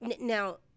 now